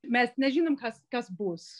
mes nežinom kas kas bus